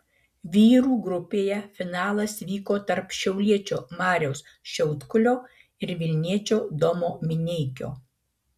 vyrų grupėje finalas vyko tarp šiauliečio mariaus šiaudkulio ir vilniečio domo mineikio